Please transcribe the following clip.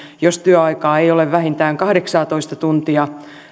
jos työaikaa ei ole vähintään kahdeksaatoista tuntia